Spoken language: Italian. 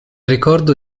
ricordo